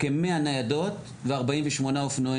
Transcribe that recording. יש כ-100 ניידות, ו-48 אופנועים.